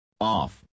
Off